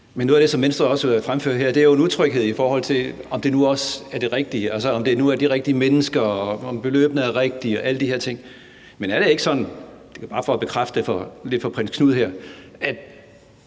Noget af det, som Venstre også fremfører her, er jo en utryghed, i forhold til om det nu også er det rigtige, altså om det nu drejer sig om de rigtige mennesker, og om beløbene er rigtige og alle de her ting. Men er det ikke sådan – bare for at få det bekræftet for prins Knud her